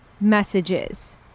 messages